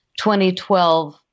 2012